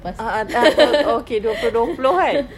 a'ah tahun okay dua puluh dua puluh kan